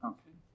Okay